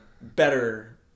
better